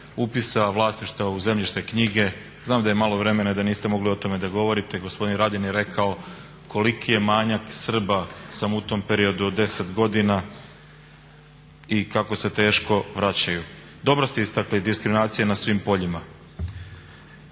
upisa vlasništva u zemljišne knjige. Znam da je malo vremena i da niste mogli o tome da govorite. Gospodin Radin je rekao koliki je manjak Srba samo u tom periodu od 10 godina i kako se teško vraćaju. Dobro ste istakli diskriminacija na svim poljima.